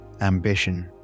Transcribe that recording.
ambition